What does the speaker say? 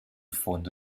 fondo